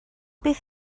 beth